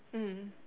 mm